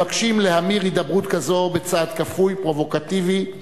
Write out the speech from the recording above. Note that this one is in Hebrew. מבקשים להמיר הידברות כזאת בצעד כפוי פרובוקטיבי,